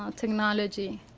um technology.